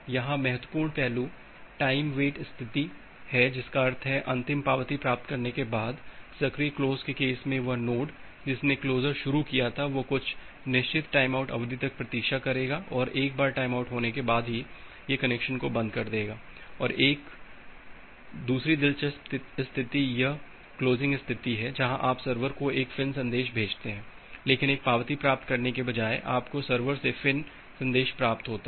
यहां महत्वपूर्ण पहलू टाइम वेट स्थिति है जिसका अर्थ है अंतिम पावती प्राप्त करने के बाद सक्रिय क्लोज के केस में वह नोड जिसने क्लोसर शुरू किया था वह कुछ निश्चित टाइमआउट अवधि तक प्रतीक्षा करेगा और एक बार टाइमआउट होने के बाद ही यह कनेक्शन को बंद कर देगा और एक और दूसरी दिलचस्प स्थिति यह क्लोजिंग स्थिति है जहां आप सर्वर को एक फ़िन् संदेश भेजते हैं लेकिन एक पावती प्राप्त करने के बजाय आपको सर्वर से फिन संदेश प्राप्त होता है